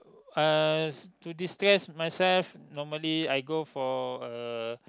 uh to distress myself normally I go for a